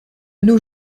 nos